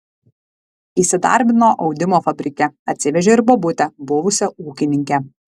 įsidarbino audimo fabrike atsivežė ir bobutę buvusią ūkininkę